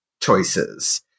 choices